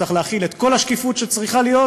צריך להחיל את כל השקיפות שצריכה להיות,